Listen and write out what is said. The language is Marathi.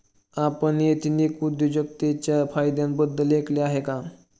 आपण एथनिक उद्योजकतेच्या फायद्यांबद्दल ऐकले आहे का?